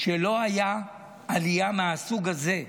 כשלא הייתה עלייה מהסוג הזה,